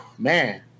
Man